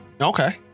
Okay